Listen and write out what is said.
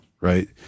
Right